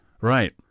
Right